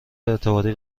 اعتباری